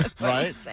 right